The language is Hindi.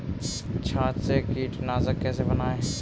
छाछ से कीटनाशक कैसे बनाएँ?